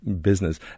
business